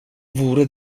vore